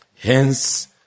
Hence